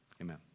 Amen